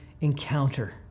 encounter